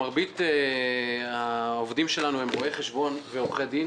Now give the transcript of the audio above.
מרבית העובדים שלנו הם רואי חשבון ועורכי דין